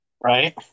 Right